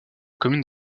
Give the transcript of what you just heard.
commune